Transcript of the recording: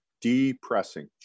depressing